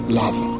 love